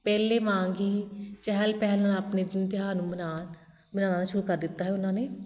ਪਹਿਲੇ ਵਾਂਗ ਹੀ ਚਹਿਲ ਪਹਿਲ ਨਾਲ਼ ਆਪਣੇ ਦਿਨ ਤਿਉਹਾਰ ਨੂੰ ਮਨਾ ਮਨਾਉਣਾ ਸ਼ੁਰੂ ਕਰ ਦਿੱਤਾ ਹੈ ਉਹਨਾਂ ਨੇ